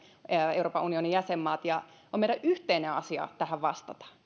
euroopan unionin jäsenmaat ja on meidän yhteinen asia tähän vastata